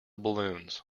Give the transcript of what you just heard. balloons